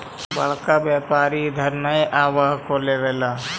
बड़का व्यापारि इधर नय आब हको लेबे ला?